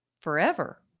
forever